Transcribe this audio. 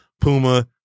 Puma